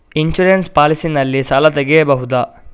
Insurance policy ನಲ್ಲಿ ಸಾಲ ತೆಗೆಯಬಹುದ?